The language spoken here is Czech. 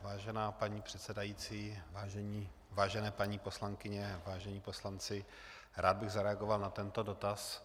Vážená paní předsedající, vážené paní poslankyně, vážení poslanci, rád bych zareagoval na tento dotaz.